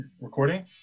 Recording